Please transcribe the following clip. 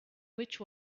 which